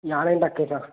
यारहें टके सां